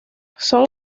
son